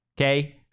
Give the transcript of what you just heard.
okay